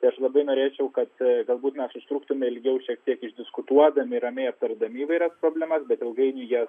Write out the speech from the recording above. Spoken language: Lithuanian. tai aš labai norėčiau kad galbūt mes užtruktume ilgiau šiek tiek išdiskutuodami ramiai aptardami įvairias problemas bet ilgainiui jie